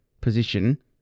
position